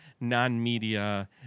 non-media